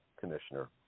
commissioner